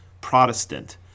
Protestant